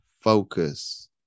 focus